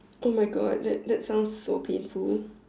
oh my God that that sounds so painful